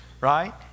right